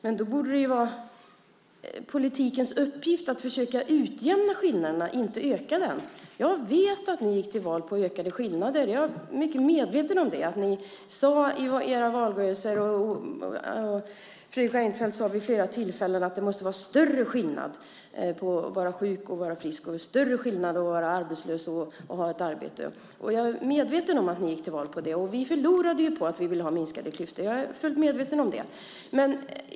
Men då borde det vara politikens uppgift att försöka utjämna skillnaderna, inte att öka dem. Jag vet att ni gick till val på ökade skillnader. Jag är mycket medveten om det. Ni sade i er valrörelse, och Fredrik Reinfeldt sade vid flera tillfällen, att det måste vara större skillnad mellan att vara sjuk och att vara frisk, större skillnad mellan att vara arbetslös och att ha ett arbete. Jag är medveten om att ni gick till val på det. Vi förlorade på att vi vill ha minskade klyftor. Jag är fullt medveten om det.